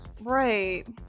Right